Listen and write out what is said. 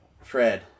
Fred